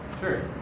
Sure